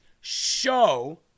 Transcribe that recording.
show